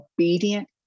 obedient